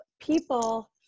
people